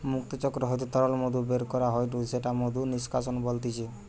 মধুচক্র হইতে তরল মধু বের করা হয়ঢু সেটা মধু নিষ্কাশন বলতিছে